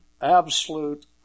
absolute